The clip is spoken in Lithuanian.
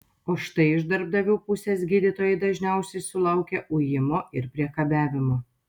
o štai iš darbdavių pusės gydytojai dažniausiai sulaukia ujimo ir priekabiavimo